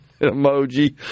emoji